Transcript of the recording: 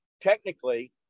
technically